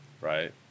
Right